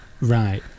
right